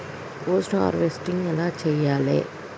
Post harvesting ఎలా చెయ్యాలే?